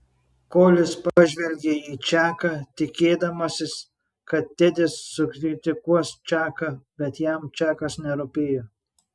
kolis pažvelgė į čaką tikėdamasis kad tedis sukritikuos čaką bet jam čakas nerūpėjo